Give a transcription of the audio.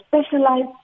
specialized